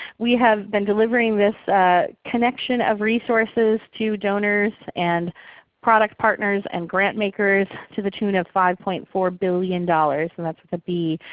we have been delivering this connection of resources to donors and product partners and grantmakers to the tune of five point four billion dollars dollars, and that's with a b.